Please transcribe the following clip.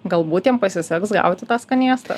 galbūt jam pasiseks gauti tą skanėstą